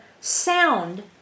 sound